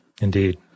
Indeed